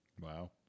Wow